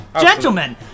Gentlemen